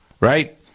right